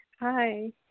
Hi